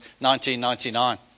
1999